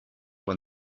when